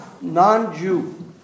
non-Jew